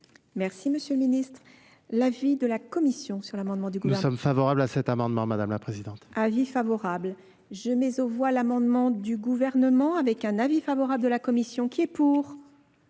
M. le Ministre, l'avis de la commission sur l'amendement du Gouv sommes favorables à cet amendement, Mᵐᵉ la Présidente, avis favorable je mets aux voix l'amendement du gouvernement avec un avis favorable de la commission qui est pour